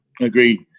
Agreed